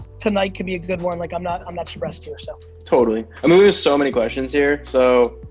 tonight could be a good one. like i'm not i'm not stressed here, so. totally. i mean, there's so many questions here. so